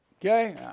Okay